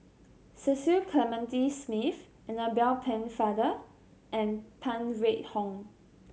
Cecil Clementi Smith Annabel Pennefather and Phan Wait Hong